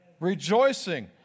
rejoicing